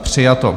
Přijato.